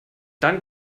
dann